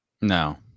No